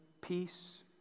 peace